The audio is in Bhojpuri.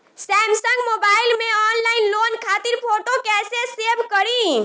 सैमसंग मोबाइल में ऑनलाइन लोन खातिर फोटो कैसे सेभ करीं?